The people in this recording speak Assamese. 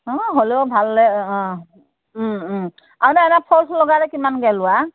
ও হ'লেও ভালে অ ওম ওম আৰু ন এনে ফলছ্ লগালে কিমানকৈ লোৱা